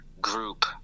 group